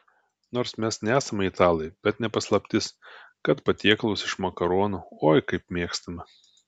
nors mes nesame italai bet ne paslaptis kad patiekalus iš makaronų oi kaip mėgstame